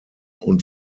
und